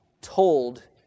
told